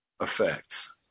effects